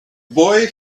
boy